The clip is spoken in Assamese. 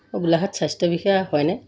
গোলাঘাট স্বাস্থ্য বিষয়া হয়নে